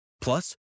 Plus